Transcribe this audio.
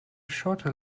shorter